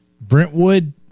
Brentwood